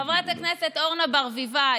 חברת הכנסת אורנה ברביבאי,